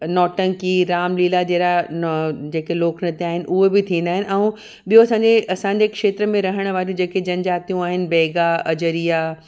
नौटंकी रामलीला जहिड़ा न जेके लोकनृत्य आहिनि उहे बि थींदा आहिनि ऐं ॿियो असांजे असांजे खेत्र में रहण वारियूं जेके जनजातियूं आहिनि बैगा अजरिया